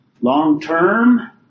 long-term